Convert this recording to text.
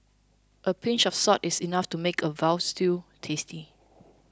a pinch of salt is enough to make a Veal Stew tasty